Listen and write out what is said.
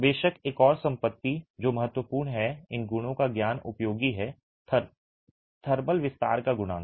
बेशक एक और संपत्ति जो महत्वपूर्ण है इन गुणों का ज्ञान उपयोगी है थर्मल विस्तार का गुणांक